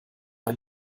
ein